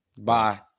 bye